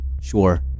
Sure